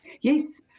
Yes